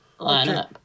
lineup